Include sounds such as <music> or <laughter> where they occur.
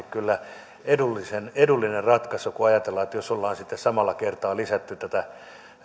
<unintelligible> kyllä varmasti edullinen ratkaisu kun ajatellaan että jos ollaan sitten samalla kertaa lisätty tätä